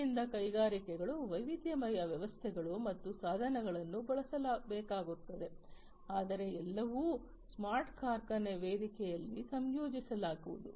ಆದ್ದರಿಂದ ಕೈಗಾರಿಕೆಗಳು ವೈವಿಧ್ಯಮಯ ವ್ಯವಸ್ಥೆಗಳು ಮತ್ತು ಸಾಧನಗಳನ್ನು ಬಳಸಬೇಕಾಗುತ್ತದೆ ಆದರೆ ಎಲ್ಲವನ್ನೂ ಸ್ಮಾರ್ಟ್ ಕಾರ್ಖಾನೆ ವೇದಿಕೆಯಲ್ಲಿ ಸಂಯೋಜಿಸಲಾಗುವುದು